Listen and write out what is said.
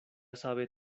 sabe